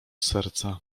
serca